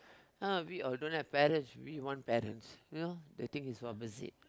ah we all don't have parents we want parents you know the thing is opposite